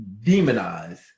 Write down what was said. demonize